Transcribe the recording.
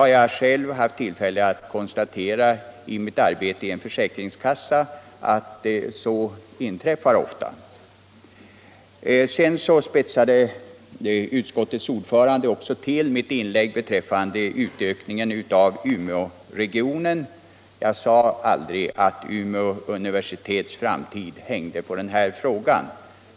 I mitt arbete i en försäkringskassa har Samarbete mellan jag själv haft tillfälle att konstatera att detta ofta inträffar. Sedan spetsade utskottets ordförande till mitt inlägg beträffande utökningen av Umeå sjukvårdsregion. Jag sade aldrig att Umeå universitets framtid hängde på den här frågan.